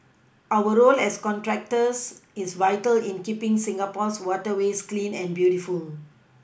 our role as contractors is vital in keePing Singapore's waterways clean and beautiful